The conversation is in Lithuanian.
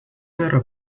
nėra